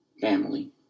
family